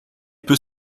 peut